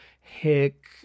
Hick